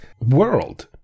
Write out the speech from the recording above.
world